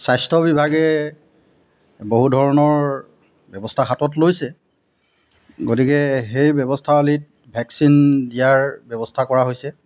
স্বাস্থ্য বিভাগে বহু ধৰণৰ ব্যৱস্থা হাতত লৈছে গতিকে সেই ব্যৱস্থাৱলীত ভেকচিন দিয়াৰ ব্যৱস্থা কৰা হৈছে